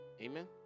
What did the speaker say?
Amen